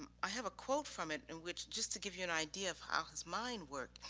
i have a quote from it in which just to give you an idea of how his mind worked.